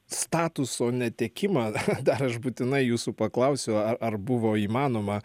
statuso netekimą dar aš būtinai jūsų paklausiu ar buvo įmanoma